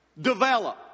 develop